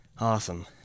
Awesome